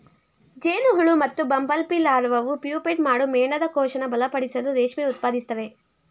ಜೇನುಹುಳು ಮತ್ತುಬಂಬಲ್ಬೀಲಾರ್ವಾವು ಪ್ಯೂಪೇಟ್ ಮಾಡೋ ಮೇಣದಕೋಶನ ಬಲಪಡಿಸಲು ರೇಷ್ಮೆ ಉತ್ಪಾದಿಸ್ತವೆ